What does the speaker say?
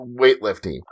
weightlifting